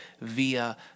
via